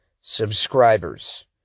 subscribers